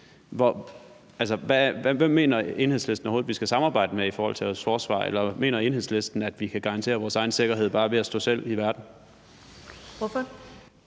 hvem mener Enhedslisten overhovedet at vi skal samarbejde med i forhold til vores forsvar? Eller mener Enhedslisten, at vi kan garantere vores egen sikkerhed bare ved at stå for os selv i verden? Kl.